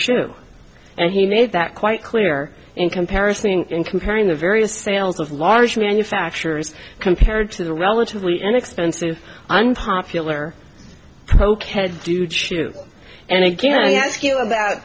shoe and he made that quite clear in comparison in comparing the various sales of large manufacturers compared to the relatively inexpensive unpopular coke head do chew and again i ask you about